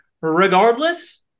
Regardless